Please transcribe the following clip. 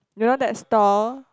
you know that stall